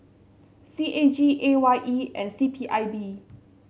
C A G A Y E and C P I B